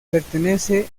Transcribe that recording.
pertenece